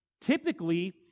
Typically